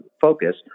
focus